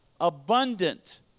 abundant